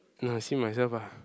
no I see myself ah